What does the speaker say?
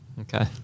Okay